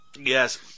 Yes